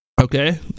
okay